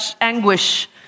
anguish